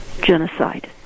Genocide